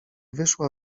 wyszła